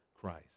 Christ